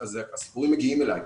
הסיפורים מגיעים אלי.